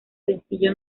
sencillo